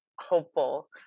hopeful